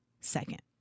second